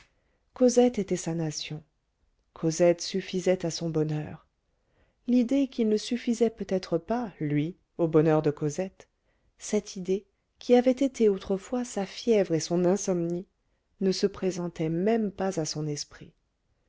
cosette était sa nation cosette suffisait à son bonheur l'idée qu'il ne suffisait peut-être pas lui au bonheur de cosette cette idée qui avait été autrefois sa fièvre et son insomnie ne se présentait même pas à son esprit